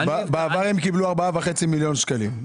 בעבר הם קיבלו ארבע וחצי מיליון שקלים.